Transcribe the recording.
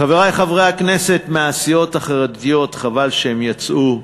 חברי חברי הכנסת מהסיעות החרדיות, חבל שהם יצאו,